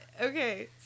okay